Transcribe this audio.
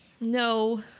No